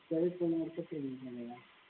चरित्र प्रमाणपत्र भी बनेंगे